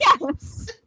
Yes